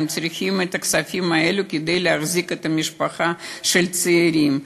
והם צריכים את הכספים האלה כדי להחזיק את המשפחה של הצעירים.